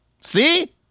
See